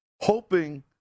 hoping